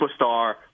superstar